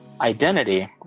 identity